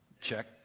Check